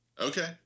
Okay